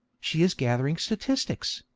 she is gathering statistics,